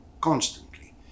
constantly